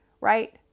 right